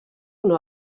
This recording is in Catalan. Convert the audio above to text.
una